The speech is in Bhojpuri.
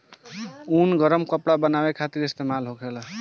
ऊन गरम कपड़ा बनावे खातिर इस्तेमाल होखेला